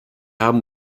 haben